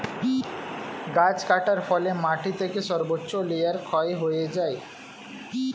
গাছ কাটার ফলে মাটি থেকে সর্বোচ্চ লেয়ার ক্ষয় হয়ে যায়